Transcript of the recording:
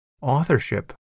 authorship